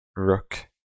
Rook